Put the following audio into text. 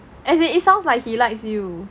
as in it sounds like he likes you